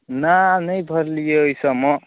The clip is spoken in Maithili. नहि नहि भरलियै ओहिसबमे